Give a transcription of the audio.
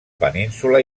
península